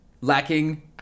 lacking